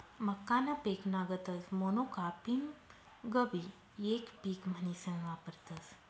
मक्काना पिकना गतच मोनोकापिंगबी येक पिक म्हनीसन वापरतस